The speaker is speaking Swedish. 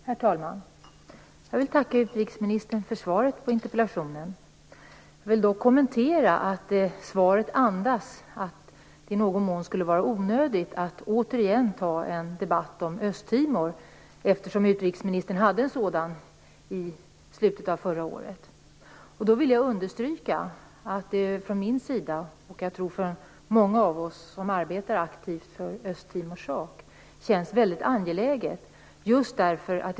Herr talman! Jag vill tacka utrikesministern för svaret på interpellationen. Svaret andas att det i någon mån skulle vara onödigt att återigen ta upp en debatt om Östtimor, eftersom utrikesministern deltog i en sådan i slutet av förra året. För mig och många andra som aktivt arbetar för Östtimors sak känns det väldigt angeläget att ta upp den frågan.